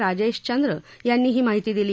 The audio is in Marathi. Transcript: राजेश चंद्र यांनी ही माहिती दिली